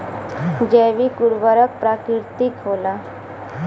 जैविक उर्वरक प्राकृतिक होला